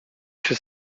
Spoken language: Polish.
się